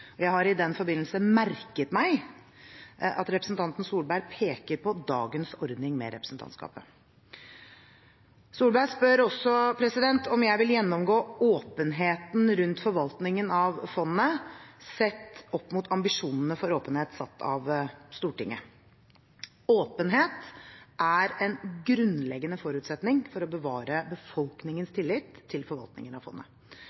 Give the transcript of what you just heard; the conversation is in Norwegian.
Bank. Jeg har i den forbindelse merket meg at representanten Tvedt Solberg peker på dagens ordning med representantskapet. Tvedt Solberg spør også om jeg vil gjennomgå åpenheten rundt forvaltningen av fondet sett opp mot ambisjonene for åpenhet satt av Stortinget. Åpenhet er en grunnleggende forutsetning for å bevare befolkningens tillit til forvaltningen av fondet.